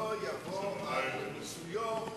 זה לא סיפור,